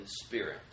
spirit